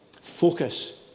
focus